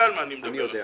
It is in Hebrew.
כן, אני יודע.